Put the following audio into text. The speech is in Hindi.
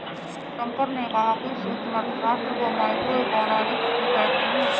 शंकर ने कहा कि सूक्ष्म अर्थशास्त्र को माइक्रोइकॉनॉमिक्स भी कहते हैं